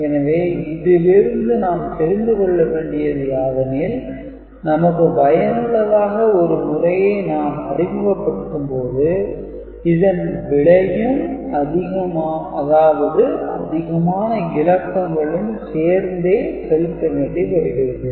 எனவே இதிலிருந்து நாம் தெரிந்து கொள்ள வேண்டியது யாதெனில் நமக்கு பயனுள்ளதாக ஒரு முறையை நாம் அறிமுகப்படுத்தும் போது இதன் விளையும் அதாவது அதிகமான இலக்கங்களும் சேர்ந்தே செலுத்த வேண்டி வருகிறது